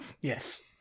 Yes